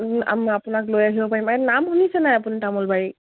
আমি আপোনাক লৈ আহিব পাৰিম নাম শুনিছে নাই আপুনি তামোলবাৰী